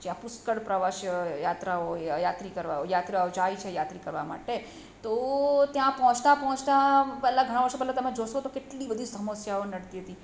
જ્યાં પુષ્કળ પ્રવાસીઓ યાત્રાઓ યાત્રી કરવા યાત્રાઓ જાય છે યાત્રી કરવા માટે તો ત્યાં પહોંચતા પહોંચતા પહેલાં ઘણા વર્ષો પહેલાં તમે જોશો તો કેટલી બધી સમસ્યાઓ નડતી હતી